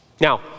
Now